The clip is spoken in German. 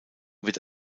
wird